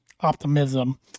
optimism